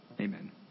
Amen